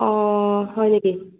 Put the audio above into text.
অঁ হয়নেকি